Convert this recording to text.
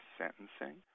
sentencing